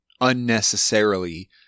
unnecessarily